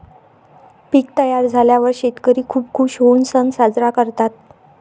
पीक तयार झाल्यावर शेतकरी खूप खूश होऊन सण साजरा करतात